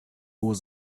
was